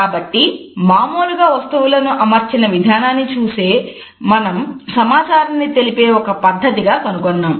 కాబట్టి మామూలుగా వస్తువులను అమర్చిన విధానాన్ని చూసే మనం సమాచారాన్ని తెలిపే ఒక పద్ధతిని కనుగొన్నాము